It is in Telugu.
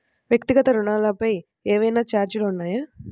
వ్యక్తిగత ఋణాలపై ఏవైనా ఛార్జీలు ఉన్నాయా?